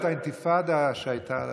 האינתיפאדה שהייתה,